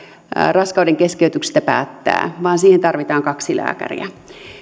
raskaudenkeskeytyksistä päättää vaan siihen tarvitaan kaksi lääkäriä